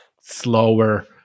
slower